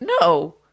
No